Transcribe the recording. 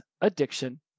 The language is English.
addiction